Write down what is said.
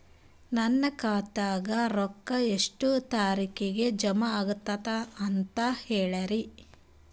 ನನ್ನ ಖಾತಾದಾಗ ರೊಕ್ಕ ಎಷ್ಟ ತಾರೀಖಿಗೆ ಜಮಾ ಆಗತದ ದ ಅಂತ ಹೇಳರಿ?